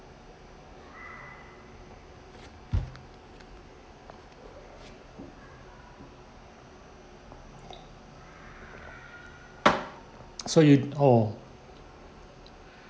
so you oh